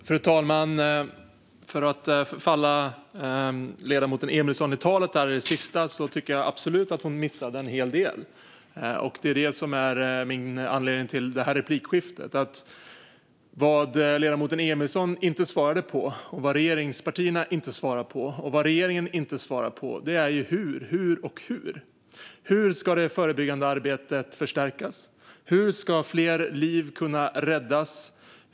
Fru talman! Jag kan falla ledamoten Emilsson i talet. Jag tycker absolut att hon missade en hel del. Det är det som är anledningen till detta replikskifte. Vad ledamoten Emilsson inte svarade på och vad regeringspartierna inte svarar på och vad regeringen inte svarar på är: Hur, hur och hur? Hur ska det förebyggande arbetet förstärkas? Hur ska fler liv kunna räddas?